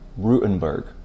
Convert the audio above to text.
Rutenberg